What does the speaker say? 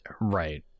Right